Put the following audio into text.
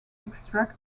extract